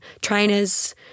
trainers